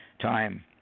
time